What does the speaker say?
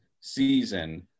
season